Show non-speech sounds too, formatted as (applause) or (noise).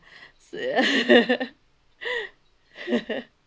(breath) (laughs) (breath) (laughs)